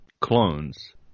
clones